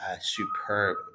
superb